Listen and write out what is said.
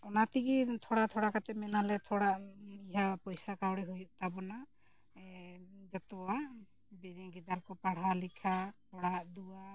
ᱚᱱᱟ ᱛᱮᱜᱮ ᱛᱷᱚᱲᱟ ᱛᱷᱚᱲᱟ ᱠᱟᱛᱮ ᱢᱮᱱᱟᱞᱮ ᱛᱷᱚᱲᱟ ᱤᱭᱟᱹ ᱯᱚᱭᱥᱟ ᱠᱟᱹᱣᱰᱤ ᱦᱩᱭᱩᱜ ᱛᱟᱵᱚᱱᱟ ᱡᱚᱛᱚᱣᱟᱜ ᱜᱤᱫᱟᱹᱨ ᱠᱚ ᱯᱟᱲᱦᱟᱣ ᱞᱮᱠᱷᱟ ᱚᱲᱟᱜ ᱫᱩᱣᱟᱹᱨ